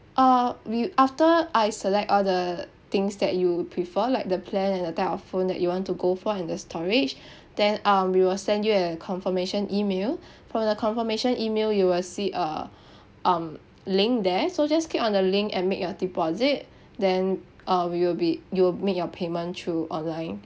uh we after I select all the things that you prefer like the plan and the type of phone that you want to go for and the storage then um we will send you a confirmation email from the confirmation email you will see a um link there so just click on the link and make your deposit then uh we will be you will make your payment through online